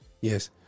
Yes